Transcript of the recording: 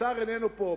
השר איננו פה,